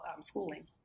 schooling